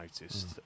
noticed